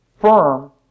firm